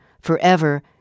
Forever